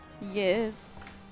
Yes